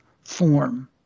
form